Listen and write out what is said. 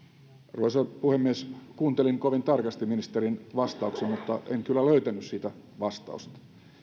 arvoisa puhemies kuuntelin kovin tarkasti ministerin vastauksen mutta en kyllä löytänyt siitä vastausta